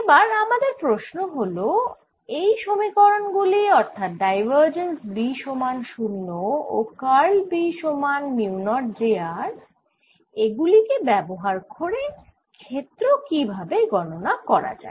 এবার আমাদের প্রশ্ন হল এই সমীকরণ গুলি অর্থাৎ ডাইভার্জেন্স B সমান 0 ও কার্ল B সমান মিউ নট j r এগুলি কে ব্যবহার করে ক্ষেত্র কি ভাবে গণনা করা যায়